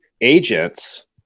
agents